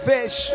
Fish